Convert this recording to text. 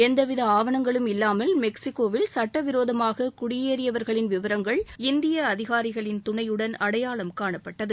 எந்த வித ஆவணங்களும் இல்லாமல் மெக்சிகோவில் சட்டவிரோதமாக குடியேறிவயர்களின் விவரங்கள் இந்திய அதிகாரிகளின் துணையுடன் அடையாளம் காணப்பட்டது